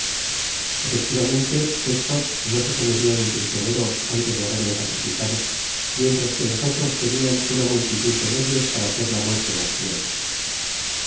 efectivamente estos ne se comerian un prisionero antes de haberlo sacrificado mientras que los otros teniar uda multitud de medios para hacer la muerte mas cruel